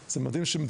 זה מדהים שישראל,